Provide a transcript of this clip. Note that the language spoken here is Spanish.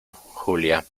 julia